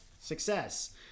success